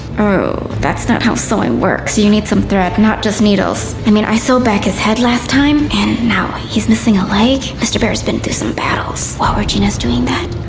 that's not how sewing works. you need some thread, not just needles. i mean, i sewed back his head last time and now he's missing a leg. mister bear's been through some battles. while regina's doing that,